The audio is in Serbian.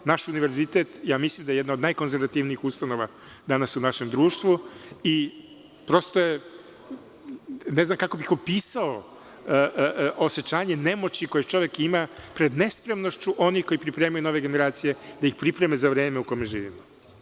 Naš univerzitet, ja mislim da je jedna od najkonzervativnijih ustanova danas u našem društvu i prosto ne znam kako bih opisao osećanje nemoći koje čovek ima pred nespremnošću onih koji pripremaju nove generacije da ih pripreme za vreme u kome živimo.